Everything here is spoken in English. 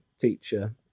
teacher